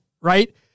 right